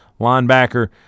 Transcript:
linebacker